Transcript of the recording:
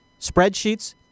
spreadsheets